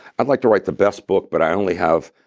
i'd like to write the best book, but i only have.